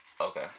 Okay